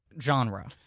genre